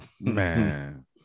Man